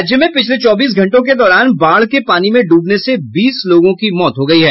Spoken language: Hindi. राज्य में पिछले चौबीस घंटों के दौरान बाढ़ के पानी में डूबने से बीस लोगों की मौत हो गयी है